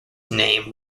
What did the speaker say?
name